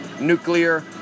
nuclear